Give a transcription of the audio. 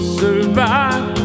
survive